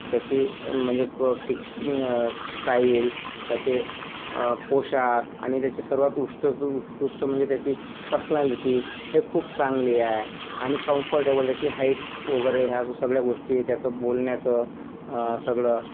त्याची म्हणजे pitch style त्याचे पोशाख आणि त्याची सर्वात उष्ट जो उत्कृष्ट म्हणजे त्याची पसनॅलिटी हे खूप चांगली आहे आणि कम्फर्टेबल त्याची हाइट वगैरे या गो सगळ्या गोष्टी त्याचं बोलण्याचं सगळं